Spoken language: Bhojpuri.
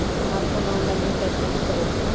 हमार फोन ऑनलाइन रीचार्ज कईसे करेम?